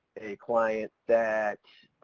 a client that,